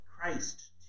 Christ